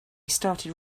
started